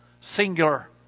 singular